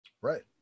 Right